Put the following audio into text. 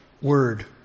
word